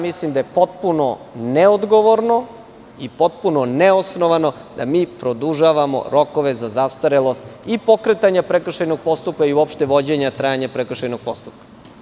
Mislim da je potpuno neodgovorno i potpuno neosnovano da mi produžavamo rokove za zastarelost i pokretanja prekršajnog postupka i uopšte vođenja i trajanja prekršajnog postupka.